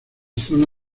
zona